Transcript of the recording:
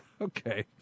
Okay